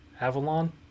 Avalon